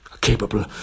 capable